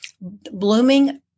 Blooming